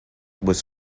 was